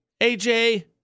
AJ